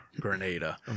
Grenada